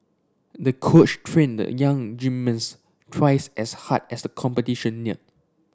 the coach trained the young gymnast twice as hard as the competition neared